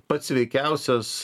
pats sveikiausias